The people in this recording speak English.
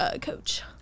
coach